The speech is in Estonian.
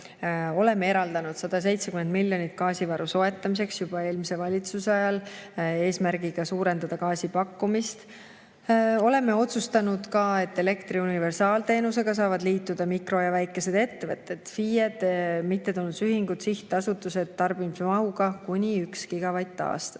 Oleme eraldanud 170 miljonit gaasivaru soetamiseks juba eelmise valitsuse ajal, eesmärgiga suurendada gaasi pakkumist. Oleme otsustanud, et elektri universaalteenusega saavad liituda mikro- ja väikesed ettevõtted, FIE-d, mittetulundusühingud, sihtasutused tarbimismahuga kuni 1 gigavatt aastas.